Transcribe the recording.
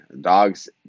dogs